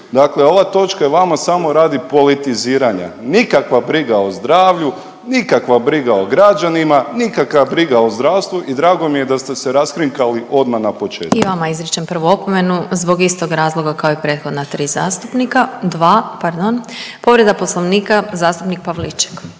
Dakle, ova točka je vama samo radi politiziranja. Nikakva briga o zdravlju, nikakva briga o građanima, nikakva briga o zdravstvu. I drago mi je da ste se raskrinkali odmah na početku. **Glasovac, Sabina (SDP)** I vama izričem prvu opomenu zbog istog razloga kao i prethodna tri zastupnika, dva pardon. Povreda Poslovnika zastupnik Pavliček.